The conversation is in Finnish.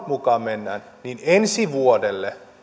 mukaan mennään niin ensi vuodelle